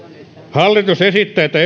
hallitus esittää että